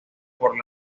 por